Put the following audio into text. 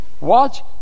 Watch